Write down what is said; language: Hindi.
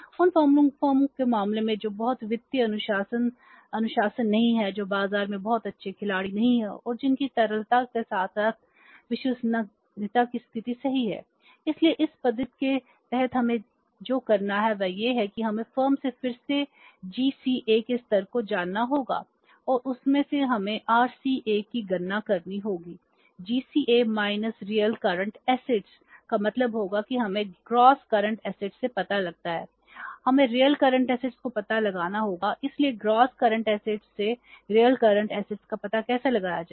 उन फर्मों के मामले में जो बहुत वित्तीय अनुशासन नहीं हैं जो बाजार में बहुत अच्छे खिलाड़ी नहीं हैं और जिनकी तरलता से पता लगाना है